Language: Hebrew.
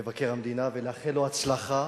מבקר המדינה, ולאחל לו הצלחה